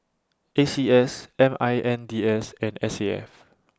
A C S M I N D S and S A F